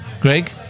Greg